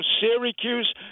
Syracuse